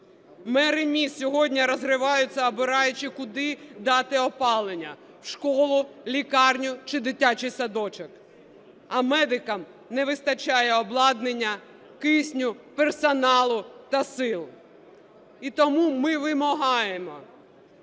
Мери міст сьогодні розриваються, обираючи куди дати опалення – в школу, лікарню чи дитячий садочок, а медикам не вистачає обладнання, кисню, персоналу та сил. І тому ми вимагаємо